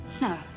No